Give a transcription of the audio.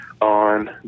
On